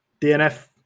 DNF